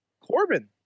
Corbin